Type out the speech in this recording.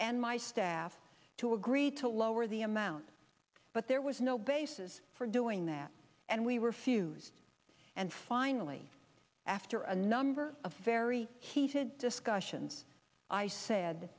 and my staff to agree to lower the amount but there was no basis for doing that and we refused and finally after a number of very heated discussions i said